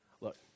Look